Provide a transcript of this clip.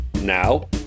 Now